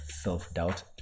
self-doubt